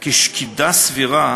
כי "שקידה סבירה",